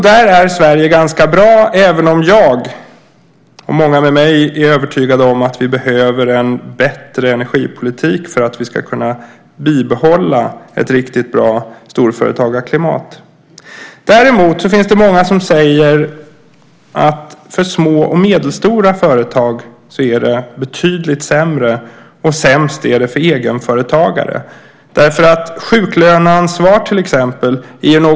Där är Sverige ganska bra, även om jag och många med mig är övertygade om att vi behöver en bättre energipolitik för att vi ska kunna bibehålla ett riktigt bra storföretagarklimat. Däremot finns det många som säger att det för små och medelstora företag är betydligt sämre, och sämst är det för egenföretagare. Sjuklöneansvaret är ett exempel.